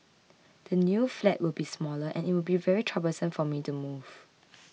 the new flat will be smaller and it will be very troublesome for me to move